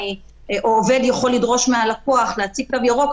עובד יכול לדרוש מהלקוח להציג תו ירוק,